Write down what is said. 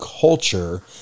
culture